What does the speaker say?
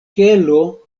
kelo